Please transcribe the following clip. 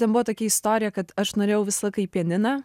ten buvo tokia istorija kad aš norėjau visą laiką į pianiną